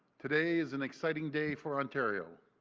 today is an exciting day for ontario.